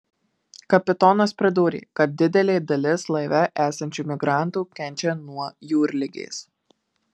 kapitonas pridūrė kad didelė dalis laive esančių migrantų kenčia nuo jūrligės